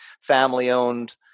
family-owned